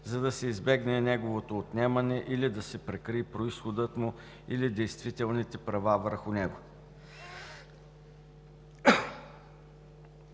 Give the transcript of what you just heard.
за да се избегне неговото отнемане или да се прикрие произходът му или действителните права върху него.